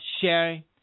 sharing